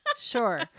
sure